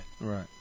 Right